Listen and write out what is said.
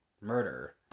murder